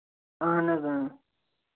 اَہَن حظ إں